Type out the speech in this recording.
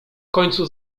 końcu